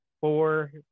four